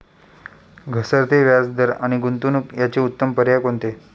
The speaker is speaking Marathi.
घसरते व्याजदर आणि गुंतवणूक याचे उत्तम पर्याय कोणते?